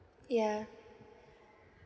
yeah